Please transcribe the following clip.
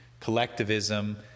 collectivism